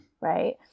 right